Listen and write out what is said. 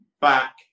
back